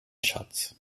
schatz